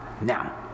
Now